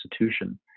institution